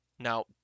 Now